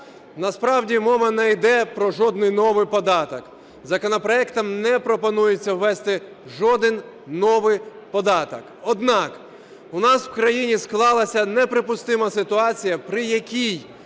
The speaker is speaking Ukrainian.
Насправді мова не йде про жодний новий податок. Законопроектом не пропонується ввести жоден новий податок. Однак у нас в країні склалася неприпустима ситуація, при якій